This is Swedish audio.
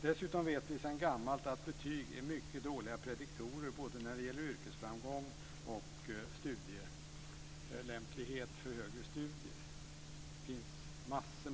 Dessutom vet vi sedan gammalt att betyg är mycket dåliga prediktorer både när det gäller yrkesframgång och studielämplighet för högre studier.